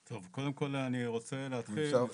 טוב, קודם כל אני רוצה להתחיל,